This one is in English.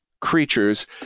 creatures